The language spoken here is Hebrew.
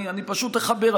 אני פשוט אחבר,